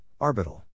arbital